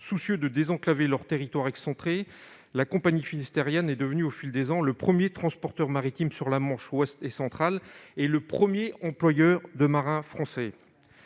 soucieux de désenclaver leur territoire excentré, la compagnie finistérienne est devenue au fil des ans le premier transporteur maritime dans la Manche ouest et centrale, et le premier employeur de marins français.